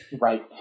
Right